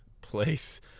place